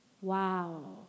Wow